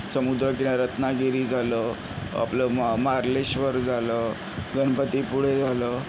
समुद्रकिनारा रत्नागिरी झालं आपलं मा मार्लेश्वर झालं गणपतीपुळे झालं